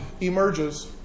emerges